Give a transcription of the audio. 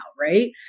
right